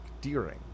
Deering